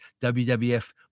WWF